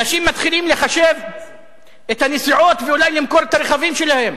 אנשים מתחילים לחשב את הנסיעות ואולי למכור את הרכבים שלהם.